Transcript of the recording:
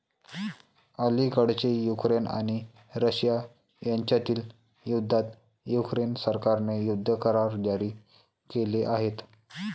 अलिकडेच युक्रेन आणि रशिया यांच्यातील युद्धात युक्रेन सरकारने युद्ध करार जारी केले आहेत